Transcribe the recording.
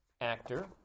actor